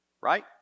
right